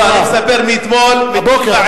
לא, אני מספר מאתמול, הבוקר, הבוקר.